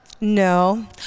No